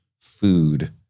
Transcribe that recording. food